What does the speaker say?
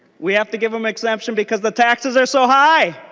we have to give them exemption because the taxes are so high.